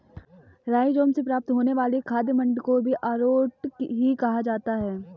rhizome से प्राप्त होने वाले खाद्य मंड को भी अरारोट ही कहा जाता है